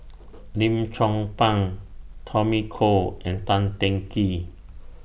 Lim Chong Pang Tommy Koh and Tan Teng Kee